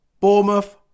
Bournemouth